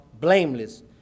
blameless